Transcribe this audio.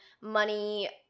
money